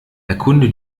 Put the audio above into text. erkunde